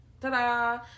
Ta-da